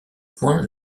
point